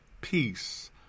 peace